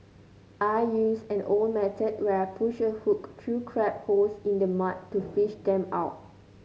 I use an old method where I push a hook through crab holes in the mud to fish them out